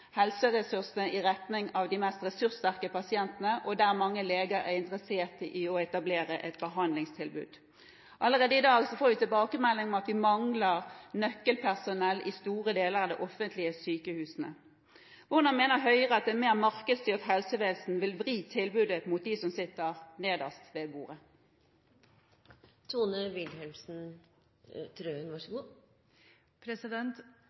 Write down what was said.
helseressursene i retning av de mest ressurssterke pasientene, og der mange leger er interessert i å etablere et behandlingstilbud? Allerede i dag får vi tilbakemelding om at vi mangler nøkkelpersonell i store deler av de offentlige sykehusene. Hvordan mener Høyre at et mer markedsstyrt helsevesen vil vri tilbudet mot dem som sitter nederst ved